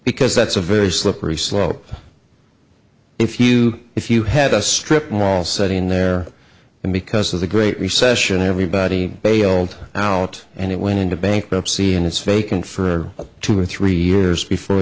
because that's a very slippery slope if you if you had a strip mall sitting there and because of the great recession everybody bailed out and it went into bankruptcy and it's vacant for two or three years before